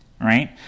right